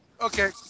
okay